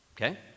Okay